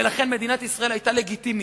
ולכן מדינת ישראל היתה לגיטימית.